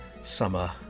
summer